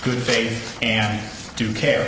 good faith and due care